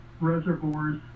reservoirs